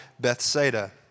Bethsaida